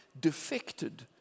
defected